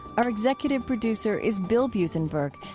our executive producer is bill buzenberg.